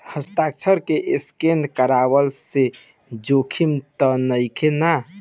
हस्ताक्षर के स्केन करवला से जोखिम त नइखे न?